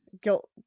Guilt